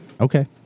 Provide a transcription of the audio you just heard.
Okay